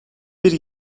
bir